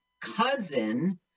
cousin